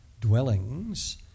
dwellings